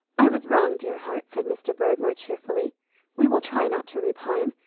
i was wrong, dear heart, said mr. bird more cheerfully we will try not to repine,